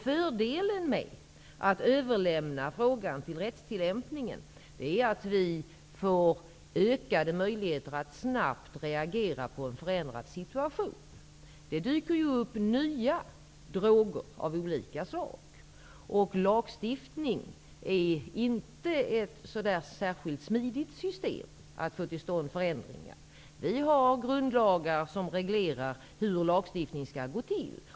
Fördelen med att överlämna frågan till rättstillämpningen är att vi får ökade möjligheter att snabbt reagera på en förändrad situation. Det dyker upp nya droger av olika slag. Lagstiftning är inte ett särskilt smidigt sätt att få till stånd förändringar. Vi har grundlagar som reglerar hur lagstiftning skall gå till.